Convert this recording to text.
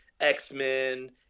X-Men